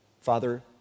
Father